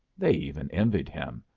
they even envied him,